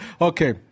okay